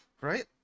Right